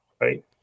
Right